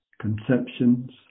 conceptions